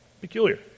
Peculiar